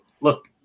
look